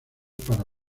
para